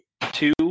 two